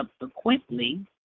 subsequently